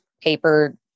paper